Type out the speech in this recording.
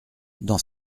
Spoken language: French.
dans